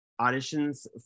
auditions